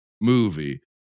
movie